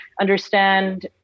understand